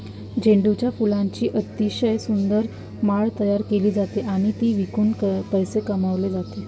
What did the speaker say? झेंडूच्या फुलांची अतिशय सुंदर माळ तयार केली जाते आणि ती विकून पैसे कमावले जातात